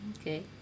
okay